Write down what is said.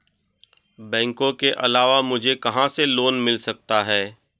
बैंकों के अलावा मुझे कहां से लोंन मिल सकता है?